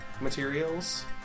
materials